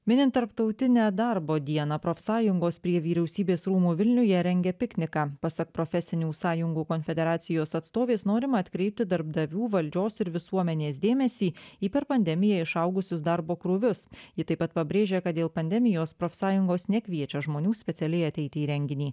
minint tarptautinę darbo dieną profsąjungos prie vyriausybės rūmų vilniuje rengia pikniką pasak profesinių sąjungų konfederacijos atstovės norima atkreipti darbdavių valdžios ir visuomenės dėmesį į per pandemiją išaugusius darbo krūvius ji taip pat pabrėžė kad dėl pandemijos profsąjungos nekviečia žmonių specialiai ateiti į renginį